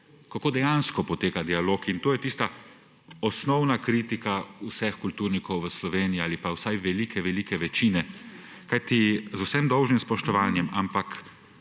kako dejansko poteka dialog; in to je tista osnovna kritika vseh kulturnikov v Sloveniji ali pa vsaj velike velike večine. Z vsem dolžnim spoštovanjem, ampak